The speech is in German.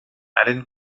allen